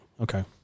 Okay